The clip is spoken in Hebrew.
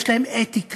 יש להם אתיקה,